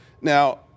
Now